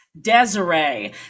desiree